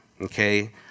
okay